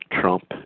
Trump